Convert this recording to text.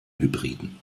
hybriden